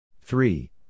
three